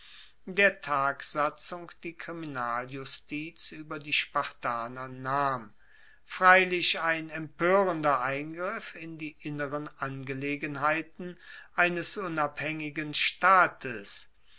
der tagsatzung die kriminaljustiz ueber die spartaner nahm freilich ein empoerender eingriff in die inneren angelegenheiten eines unabhaengigen staates